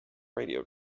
radio